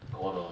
got all the